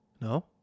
no